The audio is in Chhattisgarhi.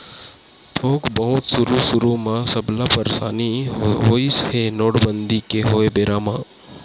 थोक बहुत सुरु सुरु म सबला परसानी होइस हे नोटबंदी के होय बेरा म